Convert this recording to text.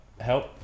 help